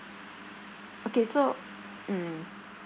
okay so mm